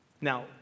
Now